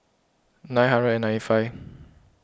nine hundred and ninety five